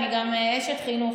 אני גם אשת חינוך.